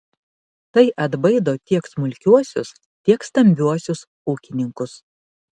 tai atbaido tiek smulkiuosius tiek stambiuosius ūkininkus